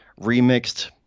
remixed